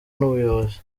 n’ubuyobozi